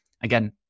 Again